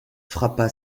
frappa